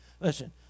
Listen